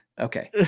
Okay